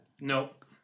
nope